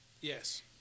Yes